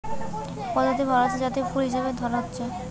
পদ্ম ভারতের জাতীয় ফুল হিসাবে ধরা হইচে